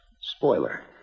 Spoiler